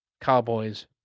Cowboys